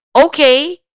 Okay